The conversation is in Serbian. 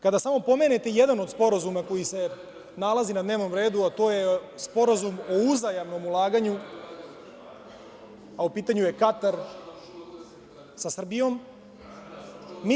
Kada samo pomenete jedan od sporazuma koji se nalazi na dnevnom redu, a to je Sporazum o uzajamnom ulaganju, a u pitanju je Katar, sa Srbijom.